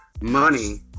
money